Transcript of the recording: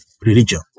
Religion